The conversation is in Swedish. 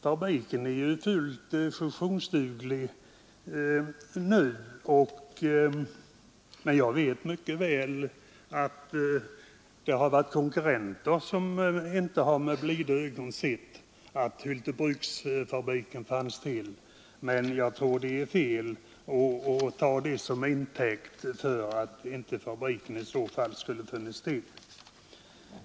Fabriken är ju fullt funktionsduglig nu. Men jag vet mycket väl att det finns konkurrenter som inte sett med blida ögon att Hyltebruksfabriken fanns. Jag tror dock att det är fel att ta det till intäkt för att framföra åsikten att fabriken inte borde ha funnits till.